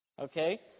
Okay